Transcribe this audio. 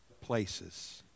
places